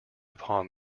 upon